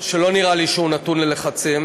שלא נראה לי שהוא נתון ללחצים.